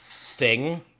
sting